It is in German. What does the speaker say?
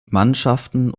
mannschaften